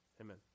Amen